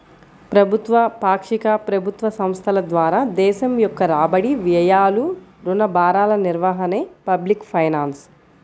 ప్రభుత్వ, పాక్షిక ప్రభుత్వ సంస్థల ద్వారా దేశం యొక్క రాబడి, వ్యయాలు, రుణ భారాల నిర్వహణే పబ్లిక్ ఫైనాన్స్